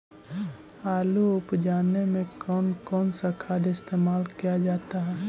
आलू उप जाने में कौन कौन सा खाद इस्तेमाल क्या जाता है?